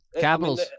Capitals